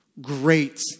Great